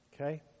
okay